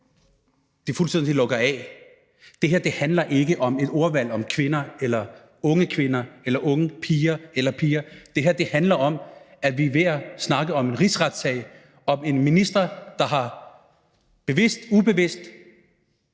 de fuldstændig lukker af. Det her handler ikke om et ordvalg om kvinder eller unge kvinder eller unge piger eller piger. Det her handler om, at vi er ved at snakke om en rigsretssag mod en minister, der bevidst eller ubevidst